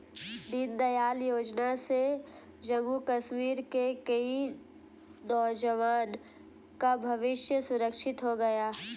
दीनदयाल योजना से जम्मू कश्मीर के कई नौजवान का भविष्य सुरक्षित हो गया